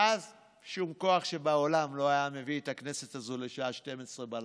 ואז שום כוח שבעולם לא היה מביא את הכנסת הזאת לשעה 24:00,